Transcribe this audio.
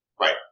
right